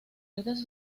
redes